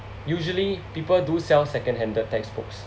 usually people do sell second handed textbooks